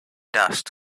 dust